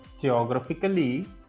geographically